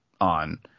on